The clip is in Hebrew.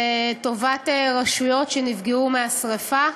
לטובת רשויות שנפגעו מהשרפה.